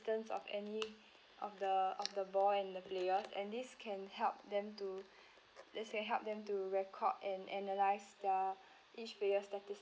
distance of any of the of the ball and the players and this can help them to let's say help them to record and analyze the each player's statistics